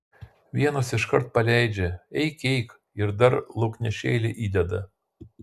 vienos iškart paleidžia eik eik ir dar lauknešėlį įdeda